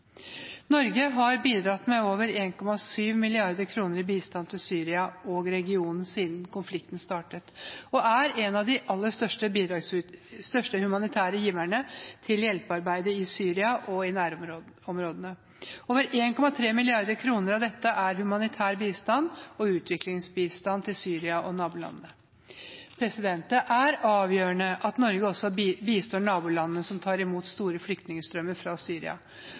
Norge har bidratt med over 1,7 mrd. kr i bistand til Syria og regionen siden konflikten startet og er en av de aller største humanitære giverne til hjelpearbeidet i Syria og i nærområdene. Over 1,3 mrd. kr av dette er humanitær bistand og utviklingsbistand til Syria og nabolandene. Det er avgjørende at Norge også bistår nabolandene som tar imot store flyktningstrømmer fra Syria,